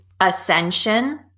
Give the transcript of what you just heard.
ascension